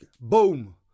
boom